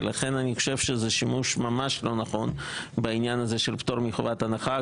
ולכן אני חושב שזה שימוש ממש לא נכון בפטור מחובת הנחה.